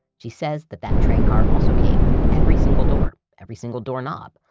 she says that that train car also came with every single door, every single door knob.